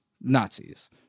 Nazis